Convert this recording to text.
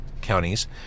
counties